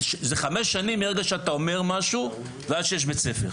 חמש שנים מרגע שאתה אומר משהו ועד שיש בית ספר,